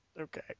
Okay